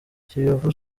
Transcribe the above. kiyovu